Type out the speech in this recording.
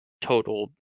total